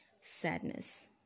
sadness